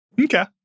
okay